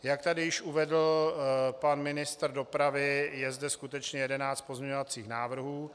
Jak tady již uvedl pan ministr dopravy, je zde skutečně 11 pozměňovacích návrhů.